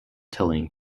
tilling